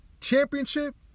championship